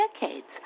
decades